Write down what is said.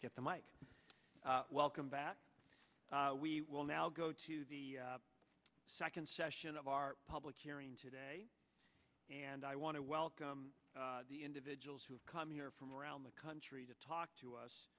get the mike welcome back we will now go to the second session of our public hearing today and i want to welcome the individuals who have come here from around the country to talk to us